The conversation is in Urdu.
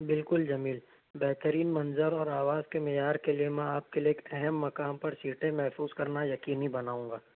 بالکل جمیل بہترین منظر اور آواز کے معیار کے لئے ہم آپ کے لئے ایک اہم مقام پر سیٹیں محفوظ کرنا یقینی بناؤں گا